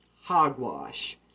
Hogwash